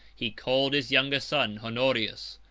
he called his younger son, honorius,